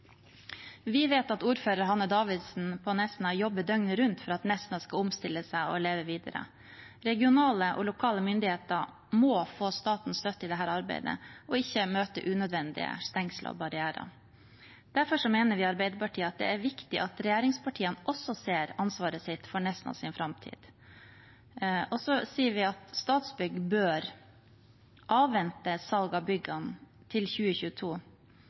Vi vet at ordfører Hanne Davidsen på Nesna jobber døgnet rundt for at Nesna skal omstille seg og leve videre. Regionale og lokale myndigheter må få statens støtte i dette arbeidet, ikke møte unødvendige stengsler og barrierer. Derfor mener vi i Arbeiderpartiet det er viktig at regjeringspartiene også ser ansvaret sitt for Nesnas framtid. Vi sier også at Statsbygg bør avvente salg av byggene til 2022,